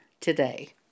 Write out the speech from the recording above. today